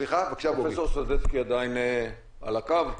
בבקשה, בוגי.